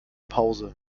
pause